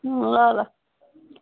ल ल